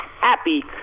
happy